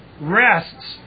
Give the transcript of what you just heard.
rests